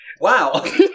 Wow